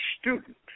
student